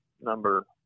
number